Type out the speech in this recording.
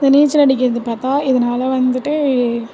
இந்த நீச்சல் அடிக்கிறது பார்த்தா இதனால வந்துட்டு